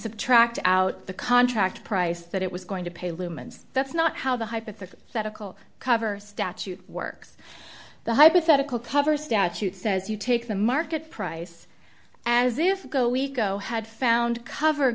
subtract out the contract price that it was going to pay lumens that's not how the hypothetical cover statute works the hypothetical cover statute says you take the market price as if go we go had found cover